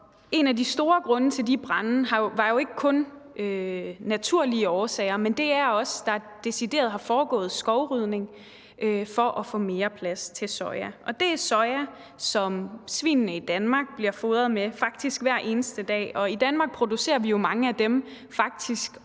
En af de store grunde til de brande var jo ikke kun naturlige årsager, men også at der decideret har foregået skovrydning for at få mere plads til soja. Det er soja, som svinene i Danmark bliver fodret med faktisk hver eneste dag. I Danmark producerer vi jo mange af dem, faktisk